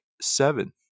seven